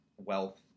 wealth